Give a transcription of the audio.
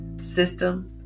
system